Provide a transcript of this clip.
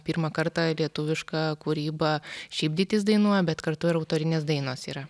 pirmą kartą lietuviška kūryba šiaip ditys dainuoja bet kartu ir autorinės dainos yra